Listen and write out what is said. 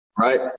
Right